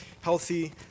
Healthy